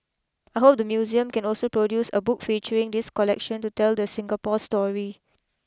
I hope the museum can also produce a book featuring this collection to tell the Singapore story